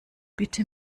bitte